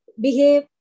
behave